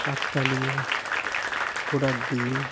কাকতালীয় ঘোড়ার ডিম